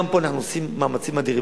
גם פה אנחנו עושים מאמצים אדירים.